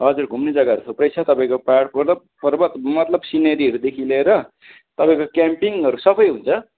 हजुर घुम्ने जग्गाहरू थुप्रै छ तपाईँको पाहाड पर्वत मतलब सिनेरीहरूदेखि लिएर तपाईँको क्यामपिङहरू सबै हुन्छ